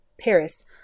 Paris